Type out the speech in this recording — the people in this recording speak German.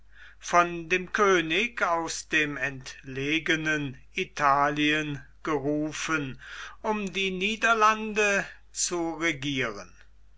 von dem könig aus dem entlegenen italien gerufen um die niederlande zu regieren